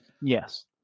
Yes